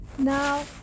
Now